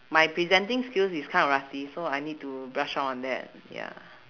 my presenting skills is kind of rusty so I need to brush up on that ya